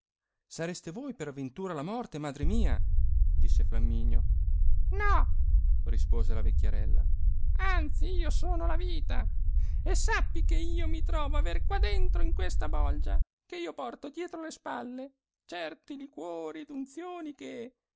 sareste voi per avventura la morte madre mia disse flamminio no rispose la vecchiarella anzi io sono la vita e sappi che io mi trovo aver qua dentro in questa bolgia che io porto dietro le spalle certi liquori ed unzioni che